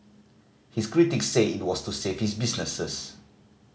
his critics say it was to save his businesses